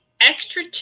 extra